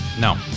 No